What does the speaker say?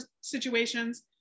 situations